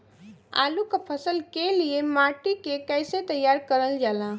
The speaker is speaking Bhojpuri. आलू क फसल के लिए माटी के कैसे तैयार करल जाला?